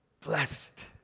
blessed